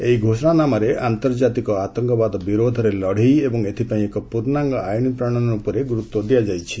ଏହି ଘୋଷଣାନାମାରେ ଆନ୍ତର୍ଜାତିକ ଆତଙ୍କବାଦ ବିରୋଧରେ ଲଢ଼େଇ ଏବଂ ଏଥିପାଇଁ ଏକ ପୂର୍ଣ୍ଣାଙ୍ଗ ଆଇନ୍ ପ୍ରଶୟନ ଉପରେ ଗୁରୁତ୍ୱ ଦିଆଯାଇଛି